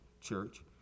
church